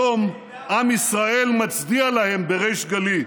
היום עם ישראל מצדיע להם בריש גלי,